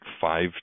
five